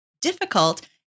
difficult